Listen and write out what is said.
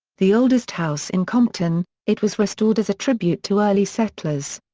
the oldest house in compton, it was restored as a tribute to early settlers.